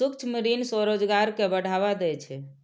सूक्ष्म ऋण स्वरोजगार कें बढ़ावा दै छै